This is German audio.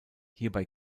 hierbei